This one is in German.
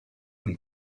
und